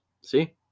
See